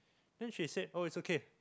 then she said oh it's okay